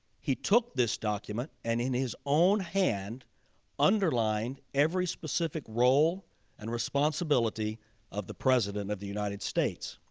he took this document and in his own hand underlined every specific role and responsibility of the president of the united states.